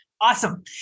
Awesome